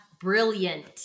brilliant